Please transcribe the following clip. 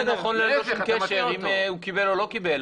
זה נכון ללא כל קשר אם הוא קיבל או לא קיבל.